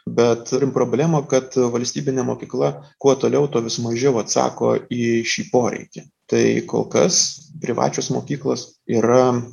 bet turim problemą kad valstybinė mokykla kuo toliau tuo vis mažiau atsako į šį poreikį tai kol kas privačios mokyklos yra